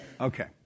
Okay